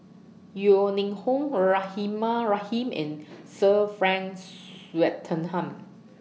Yeo Ning Hong Rahimah Rahim and Sir Frank Swettenham